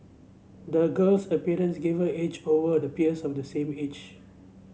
the girl's experience gave her edge over the peers of the same age